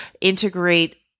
integrate